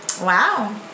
Wow